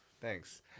Thanks